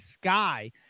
Sky